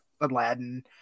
Aladdin